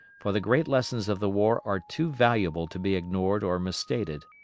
for the great lessons of the war are too valuable to be ignored or misstated.